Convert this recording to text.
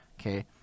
okay